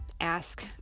ask